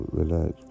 relax